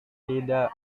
tidak